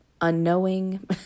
unknowing